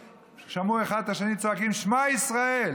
שמעו אחד את השני צועקים "שמע ישראל".